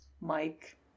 Mike